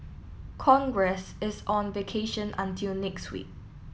congress is on vacation until next week